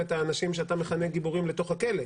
את האנשים שאתה מכנה גיבורים לתוך הכלא.